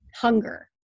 hunger